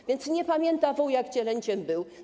A więc nie pamięta wół, jak cielęciem był.